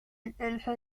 intenso